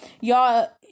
Y'all